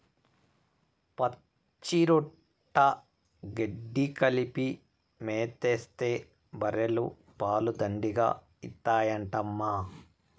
పచ్చిరొట్ట గెడ్డి కలిపి మేతేస్తే బర్రెలు పాలు దండిగా ఇత్తాయంటమ్మా